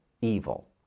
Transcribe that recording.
evil